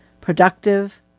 productive